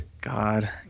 God